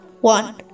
one